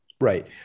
Right